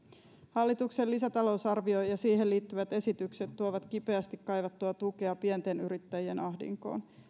hallituksen lisätalousarvio ja ja siihen liittyvät esitykset tuovat kipeästi kaivattua tukea pienten yrittäjien ahdinkoon